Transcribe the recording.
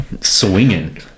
swinging